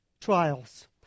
trials